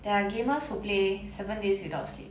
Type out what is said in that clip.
there are gamers who play seven days without sleep